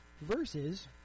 Versus